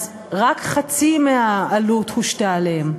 רק חצי מהעלות הושתה עליהן.